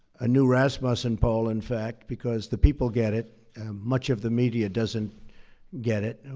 a new rasmussen poll, in fact because the people get it much of the media doesn't get it.